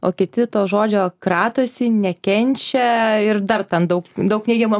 o kiti to žodžio kratosi nekenčia ir dar ten daug daug neigiamų